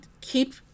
keep